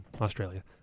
Australia